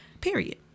Period